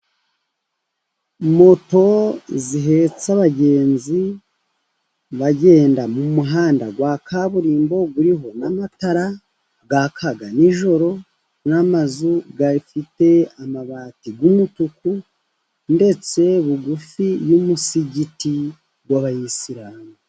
Moto zihetse abagenzi bagenda mu muhanda wa kaburimbo, uriho n'amatara yaka nijoro, n'amazu afite amabati y'umutuku, ndetse bugufi y'umusigiti w'Abayisilamu.